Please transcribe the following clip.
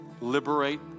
liberate